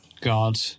god